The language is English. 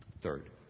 Third